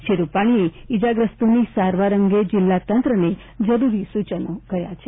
શ્રી રૂપાણીએ ઇજાગ્રસ્તોની સારવાર અંગે જિલ્લા તંત્રને જરૂરી સૂચનો કર્યા છે